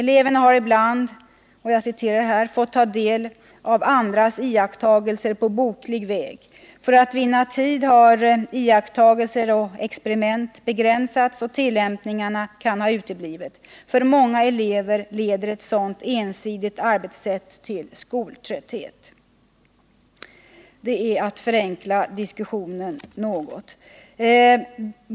Eleverna har ibland enbart fått ta del av andras iakttagelser på boklig väg. För att vinna tid har iakttagelser och experiment begränsats och tillämpningarna kan ha uteblivit. För många elever leder ett sådant ensidigt arbetssätt lätt till skoltrötthet.” Det är att förenkla diskussionen något.